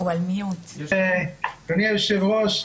אדוני היושב-ראש,